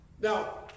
Now